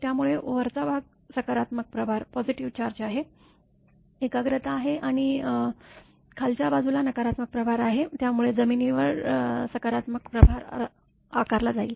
त्यामुळे वरचा भाग सकारात्मक प्रभार एकाग्रता आहे आणि खालच्या बाजुला नकारात्मक प्रभार आहे त्यामुळे जमिनीवर सकारात्मक प्रभार आकारला जाईल